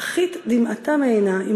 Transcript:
"אחית דמעתא מעינה".